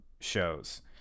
shows